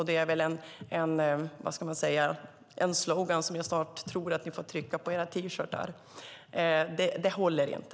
Det är en slogan som jag snart tror att ni får trycka på era t-shirtar. Det håller inte.